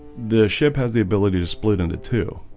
the ship has the ability to split into two